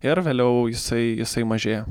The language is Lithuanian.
ir vėliau jisai jisai mažėja